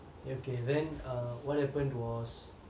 okay then err what happened was